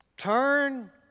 Turn